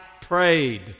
prayed